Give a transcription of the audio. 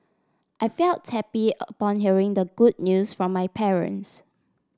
I felt happy upon hearing the good news from my parents